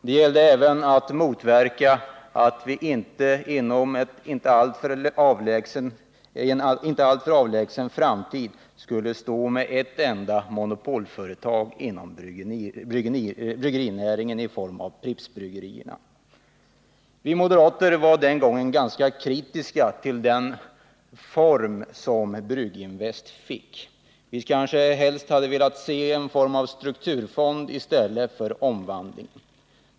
Det gällde även att motverka ett sådant skeende att vi inom en inte alltför avlägsen framtid skulle stå med ett enda monopolföretag inom bryggerinäringen i form av Prippsbryggerierna. Vi moderater var den gången ganska kritiska till den form Brygginvest fick. Vi hade helst velat se en form av strukturfond i stället för en omvandling.